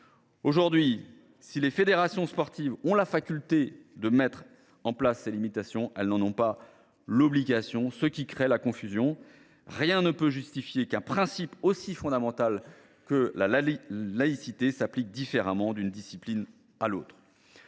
Aujourd’hui, en effet, si les fédérations sportives ont la faculté de mettre en place des limitations, elles n’en ont pas l’obligation, ce qui crée la confusion. Rien ne peut justifier qu’un principe aussi fondamental que celui de la laïcité s’applique différemment d’une discipline à l’autre.